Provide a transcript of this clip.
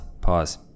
pause